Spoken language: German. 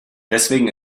deswegen